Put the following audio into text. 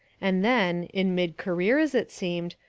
and then, in mid-career as it seemed,